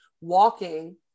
walking